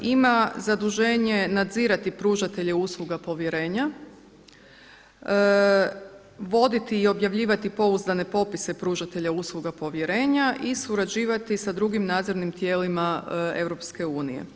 Ima zaduženje nadzirati pružatelje usluga povjerenja, voditi i objavljivati pouzdane popise pružatelja usluga povjerenja i surađivati sa drugim nadzornim tijelima EU.